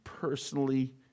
personally